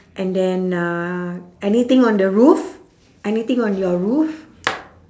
and then uh anything on the roof anything on your roof